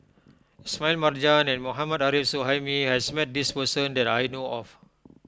Smail Marjan and Mohammad Arif Suhaimi has met this person that I know of